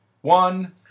one